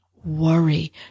Worry